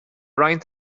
roinnt